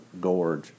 gorge